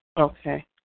Okay